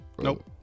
Nope